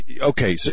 Okay